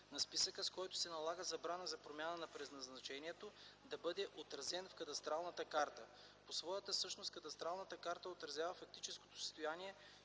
на списъка, с който се налага забрана за промяна на предназначението, да бъде отразен в кадастралната карта. По своята същност кадастралната карта отразява фактическото състояние